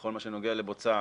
בכל מה שנוגע לבוצה,